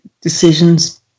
decisions